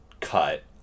cut